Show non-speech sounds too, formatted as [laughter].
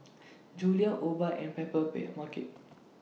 Julie's Obike and Paper [unintelligible] Market